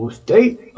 state